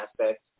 aspects